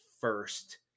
first